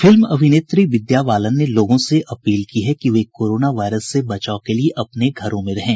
film अभिनेत्री विद्या बालन ने लोगों से अपील की है कि वे कोरोना वायरस से बचाव के लिए अपने घरों में रहें